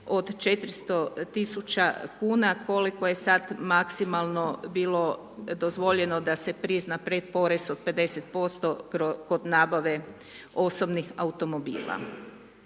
od 400 tisuća kuna koliko je sad maksimalno bilo dozvoljeno da se prizna pretporez od 50% kod nabave osobnih automobila.